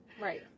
Right